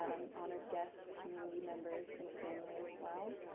um honored guests, community members, and family as well.